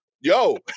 Yo